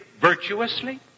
virtuously